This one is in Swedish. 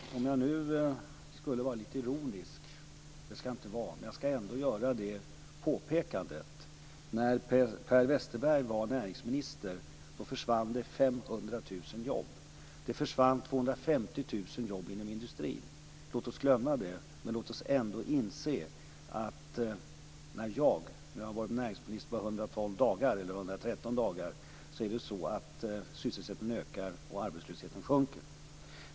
Fru talman! Jag skulle kunna vara lite ironisk, men det skall jag inte vara. Jag vill ändå göra ett påpekande: När Per Westerberg var näringsminister försvann det 500 000 jobb och 250 000 jobb inom industrin. Låt oss glömma det. Men låt oss ändå inse att när jag nu har varit näringsminister i bara 113 dagar ökar sysselsättningen och arbetslösheten sjunker.